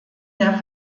der